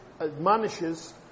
admonishes